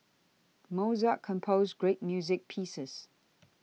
Mozart composed great music pieces